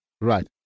Right